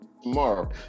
Tomorrow